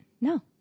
no